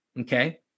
Okay